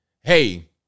Hey